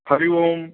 Hari Om